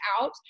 out